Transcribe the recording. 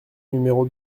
numéro